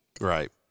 Right